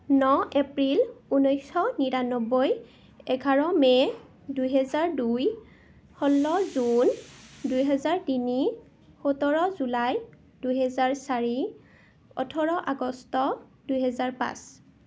ন April ঊনৈছশ নিৰান্নব্বৈ এঘাৰ মে দুহেজাৰ দুই ষোল্ল জুন দুহেজাৰ তিনি সোতৰ জুলাই দুহেজাৰ চাৰি ওঠৰ আগষ্ট দুহেজাৰ পাঁচ